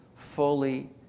fully